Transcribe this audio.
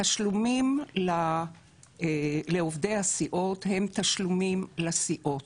התשלומים לעובדי הסיעות הם תשלומים לסיעות